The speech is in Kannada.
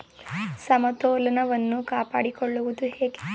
ಸಮತೋಲನವನ್ನು ಕಾಪಾಡಿಕೊಳ್ಳುವುದು ಹೇಗೆ?